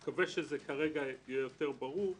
אני מקווה שזה כרגע יהיה יותר ברור.